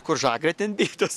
kur žagrė ten bitės